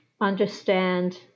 understand